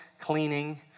cleaning